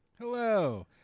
Hello